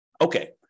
Okay